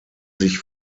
sich